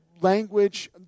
language